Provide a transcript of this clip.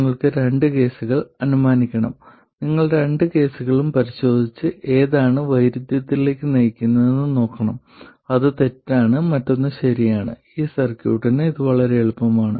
നിങ്ങൾ രണ്ട് കേസുകൾ അനുമാനിക്കണം നിങ്ങൾ രണ്ട് കേസുകളും പരിശോധിച്ച് ഏതാണ് വൈരുദ്ധ്യത്തിലേക്ക് നയിക്കുന്നതെന്ന് നോക്കണം അത് തെറ്റാണ് മറ്റൊന്ന് ശരിയാണ് ഈ സർക്യൂട്ടിന് ഇത് വളരെ എളുപ്പമാണ്